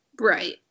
Right